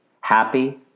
happy